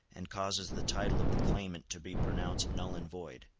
and causes the title of the claimant to be pronounced null and void.